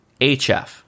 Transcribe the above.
HF